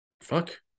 fuck